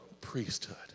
priesthood